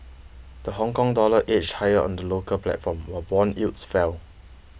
the Hongkong dollar edged higher on the local platform while bond yields fell